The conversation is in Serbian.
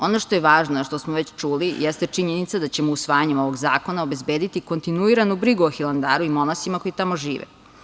Ono što je važno a što smo već čuli jeste činjenica da ćemo usvajanjem ovog zakona obezbediti kontinuiranu brigu o Hilandaru i monasima koji tamo žive.